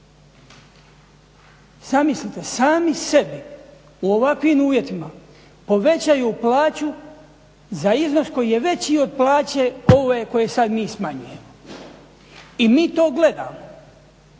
Zamislite sami sebi u ovakvim uvjetima povećaju plaću za iznos koji je veći od plaće ove koje sad mi smanjujemo. I mi to gledamo